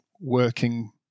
working